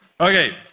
Okay